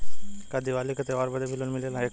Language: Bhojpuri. का दिवाली का त्योहारी बदे भी लोन मिलेला?